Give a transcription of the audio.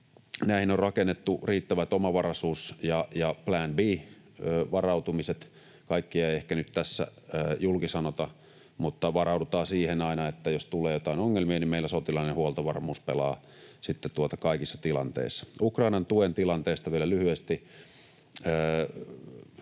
Näihin on rakennettu riittävät omavaraisuus‑ ja plan B ‑varautumiset. Kaikkea ei ehkä nyt tässä julki sanota, mutta varaudutaan siihen aina, että jos tulee jotain ongelmia, niin meillä sotilaallinen huoltovarmuus pelaa kaikissa tilanteissa. Ukrainan tuen tilanteesta vielä lyhyesti: